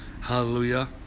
Hallelujah